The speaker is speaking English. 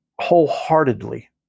wholeheartedly